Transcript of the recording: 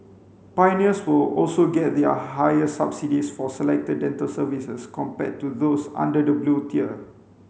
pioneers will also get their higher subsidies for selected dental services compared to those under the Blue tier